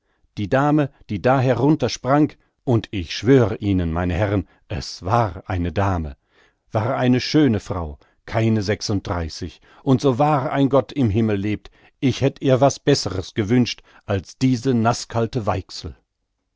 die dame die da herunter sprang und ich schwör ihnen meine herren es war eine dame war eine schöne frau keine sechs dreißig und so wahr ein gott im himmel lebt ich hätt ihr was bessres gewünscht als diese naßkalte weichsel